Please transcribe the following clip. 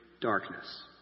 darkness